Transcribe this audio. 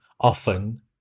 often